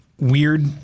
weird